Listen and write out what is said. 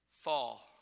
fall